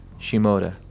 Shimoda